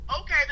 okay